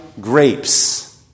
grapes